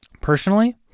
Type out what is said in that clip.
Personally